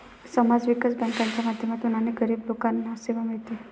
समाज विकास बँकांच्या माध्यमातून अनेक गरीब लोकांना सेवा मिळते